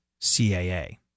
CAA